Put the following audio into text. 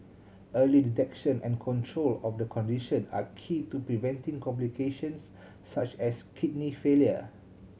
early detection and control of the condition are key to preventing complications such as kidney failure